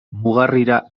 mugarrira